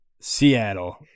seattle